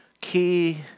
key